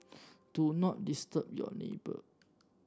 do not disturb your neighbour